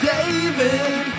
David